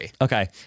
Okay